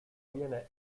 viene